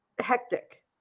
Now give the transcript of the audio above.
hectic